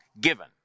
given